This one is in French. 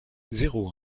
zéro